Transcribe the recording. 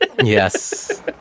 Yes